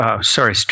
sorry